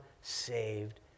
saved